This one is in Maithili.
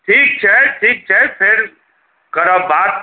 ठीक छै ठीक छै फेर करब बात